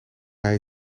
hij